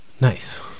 Nice